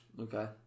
Okay